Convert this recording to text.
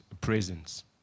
presence